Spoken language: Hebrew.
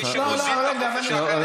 מי שמוזיל את החופש האקדמי זאת האקדמיה.